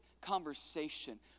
conversation